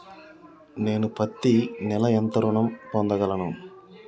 నేను పత్తి నెల ఎంత ఋణం పొందగలను?